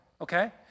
okay